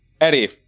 Eddie